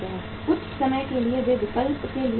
कुछ समय के लिए वे विकल्प के लिए जाते हैं